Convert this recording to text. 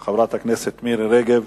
של חברת הכנסת מירי רגב,